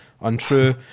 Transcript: untrue